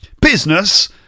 Business